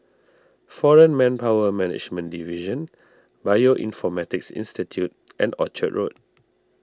foreign Manpower Management Division Bioinformatics Institute and Orchard Road